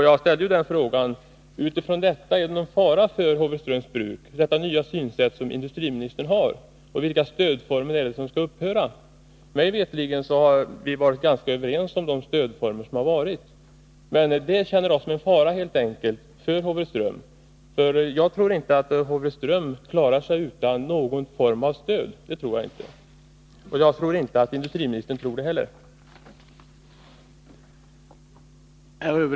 Jag ställde frågan: Är det utifrån industriministerns nya synsätt någon fara för Håvreströms Bruk, och vilka stödformer skall upphöra? Mig veterligt har vi varit ganska överens om de stödformer som har förekommit. Jag upplever de nya uttalandena som en fara för Håvreström. Jag tror inte att Håvreström klarar sig utan någon form av stöd, och jag tror inte att industriministern anser det heller.